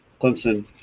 Clemson